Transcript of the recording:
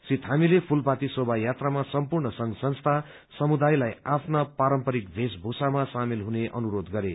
श्री थामीले फूलपाती शोभायात्रामा सम्पूर्ण संघ संस्था समुदायलाई आफ्ना पारम्पारिक भेषभूषामा सामेल हुने अनुरोष गरे